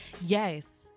Yes